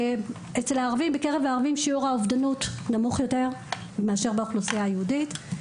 בקרב הערבים שיעור האובדנות נמוך יותר מאשר באוכלוסייה היהודית.